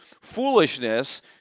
foolishness